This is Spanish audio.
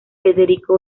federico